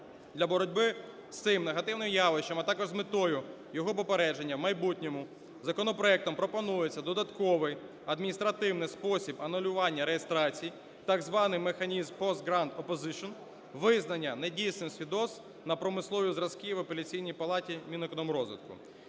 Для боротьби з цим негативним явищем, а також з метою його попередження в майбутньому законопроектом пропонується додатковий адміністративний спосіб анулювання реєстрацій, так званий механізм "post-grant opposition" визнання недійсним свідоцтв на промислові зразки в Апеляційній палаті Мінекономрозвитку.